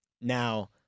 Now